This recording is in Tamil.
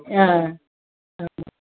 ஆ ஆ